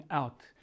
out